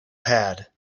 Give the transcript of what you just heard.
pad